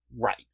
Right